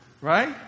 right